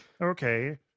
okay